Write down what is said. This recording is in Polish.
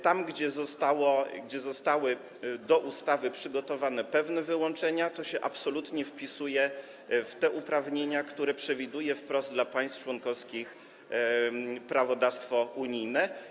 Tam, gdzie zostały do ustawy przygotowane pewne wyłączenia, to się absolutnie wpisuje w te uprawnienia, które przewiduje wprost dla państw członkowskich prawodawstwo unijne.